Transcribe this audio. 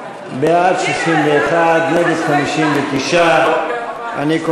61. גם הסתייגויות הפחתת התקציב לא התקבלו.